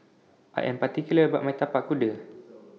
I Am particular about My Tapak Kuda